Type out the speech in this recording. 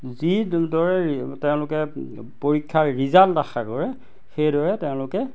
যিদৰে তেওঁলোকে পৰীক্ষাৰ ৰিজাল্ট আশা কৰে সেইদৰে তেওঁলোকে